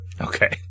okay